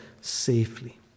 safely